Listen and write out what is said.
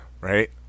Right